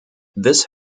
this